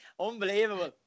Unbelievable